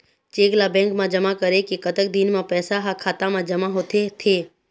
Cheque ला bank मा जमा करे के कतक दिन मा पैसा हा खाता मा जमा होथे थे?